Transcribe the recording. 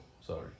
sorry